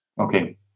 Okay